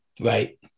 right